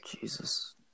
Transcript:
Jesus